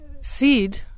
seed